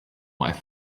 might